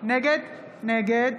נגד